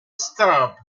stopped